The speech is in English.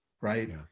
right